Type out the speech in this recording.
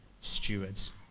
stewards